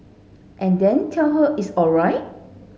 and then tell her it's alright